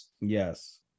Yes